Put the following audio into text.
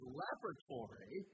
laboratory